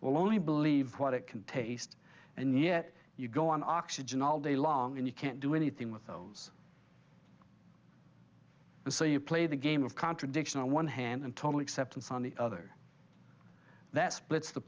will only believe what it can taste and yet you go on oxygen all day long and you can't do anything with those so you play the game of contradiction on one hand and total acceptance on the other that splits the